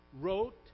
wrote